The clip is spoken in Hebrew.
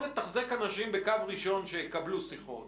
להחזיק אנשים בקו ראשון שיקבלו שיחות